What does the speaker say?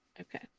Okay